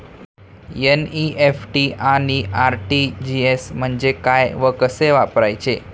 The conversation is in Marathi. एन.इ.एफ.टी आणि आर.टी.जी.एस म्हणजे काय व कसे वापरायचे?